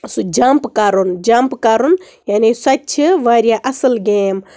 سُہ جَمپ کَرُن جَمپ کَرُن یعنی سۄ تہِ چھِ واریاہ اَصٕل گیم